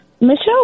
Michelle